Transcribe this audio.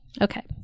Okay